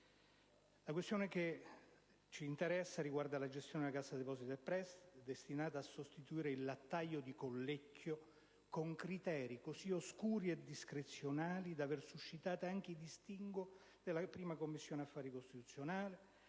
Le questioni che ci interessano riguardano la gestione della Cassa depositi e prestiti, destinata a sostituire il "lattaio di Collecchio" con criteri così oscuri e discrezionali da aver suscitato anche i distinguo della Commissione affari costituzionali;